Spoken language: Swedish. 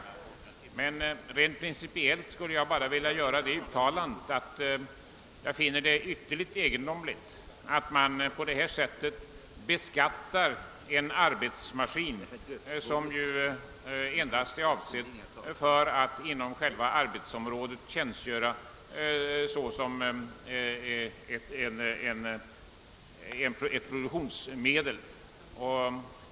Men rent principiellt skulle jag vilja göra det uttalandet att det är ytterligt egendomligt, att man på detta sätt beskattar en arbetsmaskin som endast är avsedd för användning inom själva arbetsområdet såsom produktionsmedel.